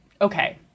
okay